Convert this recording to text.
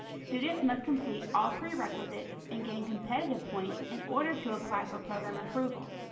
students must complete all prerequisites and gain competitive points in order to apply for program approval.